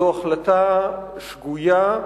זו החלטה שגויה,